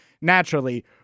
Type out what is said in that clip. Naturally